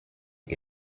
che